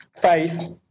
faith